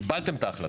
קיבלתם את ההחלטה.